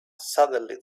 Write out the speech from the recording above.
suddenly